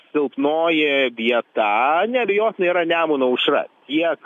silpnoji vieta neabejotinai yra nemuno aušra tiek